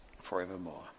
forevermore